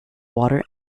water